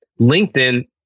LinkedIn